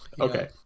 Okay